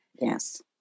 Yes